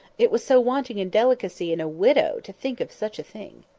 it was so wanting in delicacy in a widow to think of such a thing.